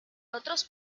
otros